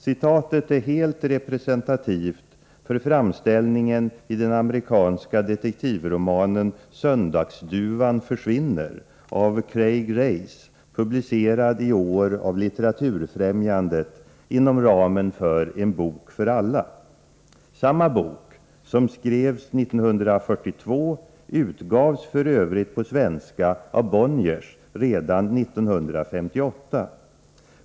Citatet är helt representativt för framställningen i den amerikanska detektivromanen Söndagsduvan försvinner av Craig Rice, publicerad i år av Litteraturfrämjandet inom ramen för En bok för alla. Samma bok, som skrevs 1942, utgavs f. ö. på svenska av Bonniers redan 1958.